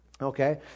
Okay